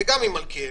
וגם עם מלכיאלי,